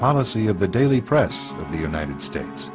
policy of the daily press of the united states